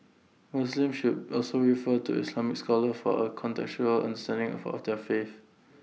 Muslims should also refer to Islamic scholars for A contextual understanding of of their faith